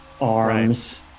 arms